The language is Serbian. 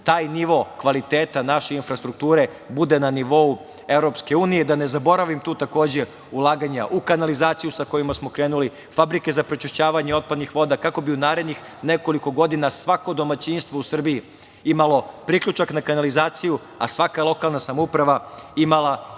taj nivo kvaliteta naše infrastrukture, bude na nivou Evropske unije. Da ne zaboravim ulaganja u kanalizaciju sa kojima smo krenuli, fabrike za prečišćavanje otpadnih voda, kako bi u narednih nekoliko godina svako domaćinstvo u Srbiji imalo priključak na kanalizaciju, a svaka lokalna samouprava imala i